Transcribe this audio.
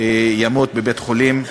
ימות בבית-חולים.